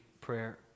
prayer